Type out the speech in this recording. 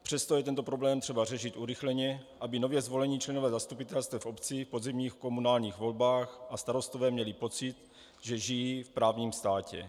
Přesto je třeba tento problém řešit urychleně, aby nově zvolení členové zastupitelstev obcí v podzimních komunálních volbách a starostové měli pocit, že žijí v právním státě.